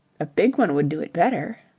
a big one would do it better.